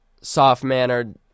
soft-mannered